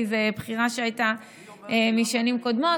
כי זאת בחירה שהייתה משנים קודמות,